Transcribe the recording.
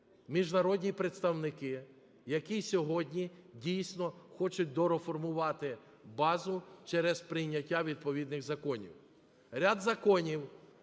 міжнародні представники, які сьогодні дійсно хочуть дореформувати базу через прийняття відповідних законів.